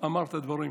אמר את הדברים.